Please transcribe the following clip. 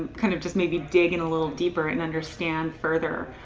kind of just maybe dig in a little deeper and understand further.